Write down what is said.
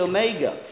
Omega